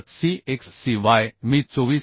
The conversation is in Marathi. तर C x C y मी 24